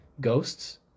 ghosts